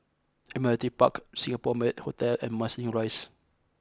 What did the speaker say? Admiralty Park Singapore Marriott Hotel and Marsiling Rise